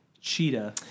Cheetah